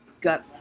got